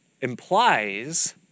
implies